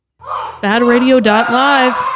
Badradio.live